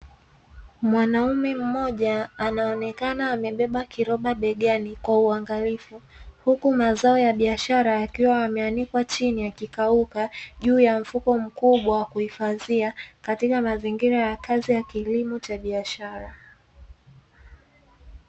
Mwanaume mmoja anaonekana amebeba kiroba begani kwa uangalifu, huku mazao ya biashara yakiwa yameanikwa chini yakikauka juu ya mfuko mkubwa wa kuhifadhia, katika mazingira ya kazi ya kilimo cha biashara.